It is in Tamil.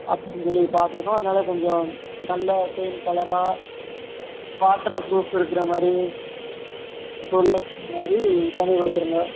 அப்படின்னு சொல்லி பார்த்துருக்கோம் அதனால் கொஞ்சம் நல்ல பெயிண்ட் கலராக வாட்டர் ப்ரூஃப் இருக்குற மாரி இப்போ உள்ளதுமாரி பண்ணிக் கொடுத்துடுங்க